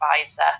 advisor